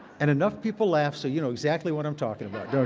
and enough people laugh so you know exactly what i'm talking about, don't